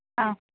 ஆ